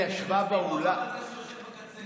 היא ישבה באולם, לא על זה שהוא יושב בקצה?